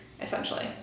essentially